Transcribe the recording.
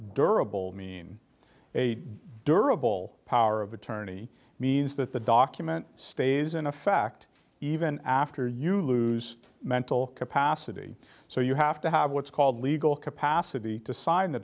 durable mean a durable power of attorney means that the document stays in effect even after you lose mental capacity so you have to have what's called legal capacity to sign the